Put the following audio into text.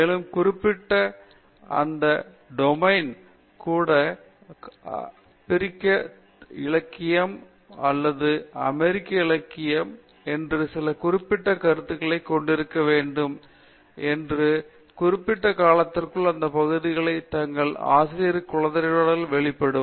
மேலும் குறிப்பிட்ட அந்த குறிப்பிட்ட டொமைனில் கூட ஆப்பிரிக்க இலக்கியம் அல்லது அமெரிக்க இலக்கியம் என்று சில குறிப்பிட்ட கருத்துக்களைக் கொண்டிருக்க வேண்டும் என்றும் குறிப்பிட்ட காலத்திற்குள் அந்த பகுதிகள் தங்கள் ஆசிரியருடன் கலந்துரையாடலில் வெளிப்படும்